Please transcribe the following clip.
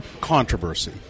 controversy